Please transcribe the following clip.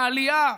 העלייה,